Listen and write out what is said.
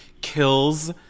kills